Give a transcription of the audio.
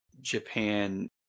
Japan